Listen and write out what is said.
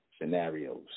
scenarios